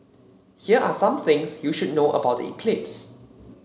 here are some things you should know about the eclipse